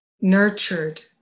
nurtured